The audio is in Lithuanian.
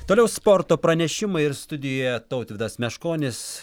toliau sporto pranešimai ir studijoje tautvydas meškonis